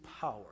power